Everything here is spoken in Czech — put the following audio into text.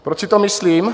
Proč si to myslím?